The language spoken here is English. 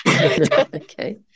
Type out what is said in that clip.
Okay